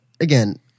again